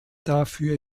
dafür